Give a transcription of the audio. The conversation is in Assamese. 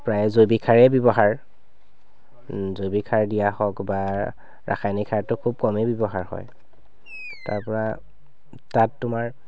প্ৰায় জৈৱিক সাৰে ব্যৱহাৰ জৈৱিক সাৰ দিয়া হয় কিবা ৰাসায়নিক সাৰটো খুব কমেই ব্যৱহাৰ হয় তাৰ পৰা তাত তোমাৰ